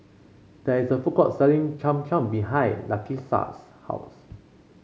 there is a food court selling Cham Cham behind Lakisha's house